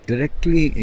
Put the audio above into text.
Directly